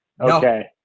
Okay